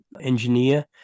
engineer